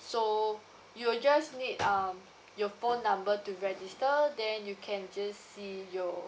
so you'll just need um your phone number to register then you can just see your